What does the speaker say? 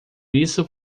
isso